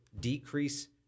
decrease